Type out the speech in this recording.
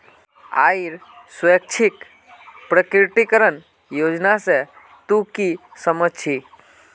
आइर स्वैच्छिक प्रकटीकरण योजना से तू की समझ छि